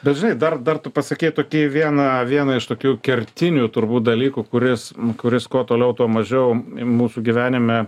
bet žinai dar dar tu pasakei tokį vieną vieną iš tokių kertinių turbūt dalykų kuris kuris kuo toliau tuo mažiau mūsų gyvenime